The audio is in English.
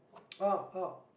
orh orh